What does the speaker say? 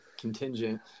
contingent